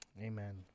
amen